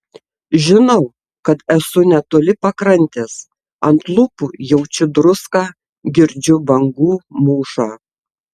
žinau kad esu netoli pakrantės ant lūpų jaučiu druską girdžiu bangų mūšą